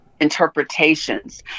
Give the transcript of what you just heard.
interpretations